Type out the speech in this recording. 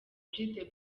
the